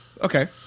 Okay